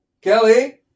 Kelly